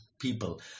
people